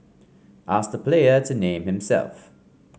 ask the player to name himself